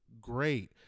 Great